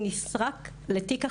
הוא נסרק לתיק החקירה,